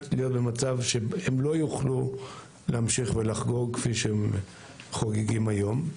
להיות במצב שהם לא יוכלו להמשיך ולחגוג כפי שהם חוגגים היום.